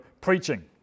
preaching